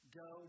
go